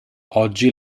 oggi